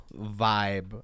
Vibe